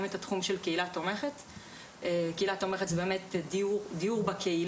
את התחום של קהילה תומכת; קהילה תומכת זה דיור בקהילה,